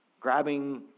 grabbing